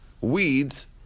weeds